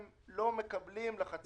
הם לא מקבלים לחצי שנה.